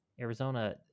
Arizona